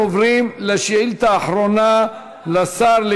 התשע"ה 2015,